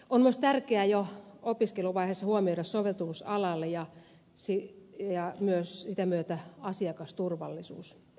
on myös tärkeätä jo opiskeluvaiheessa huomioida soveltuvuus alalle ja myös sitä myötä asiakasturvallisuus